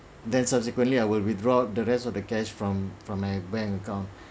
then subsequently I will withdraw the rest of the cash from from my bank account